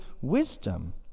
wisdom